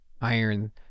Iron